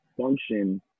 function